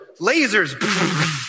lasers